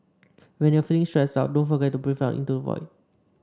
when you are feeling stressed out don't forget to breathe into the void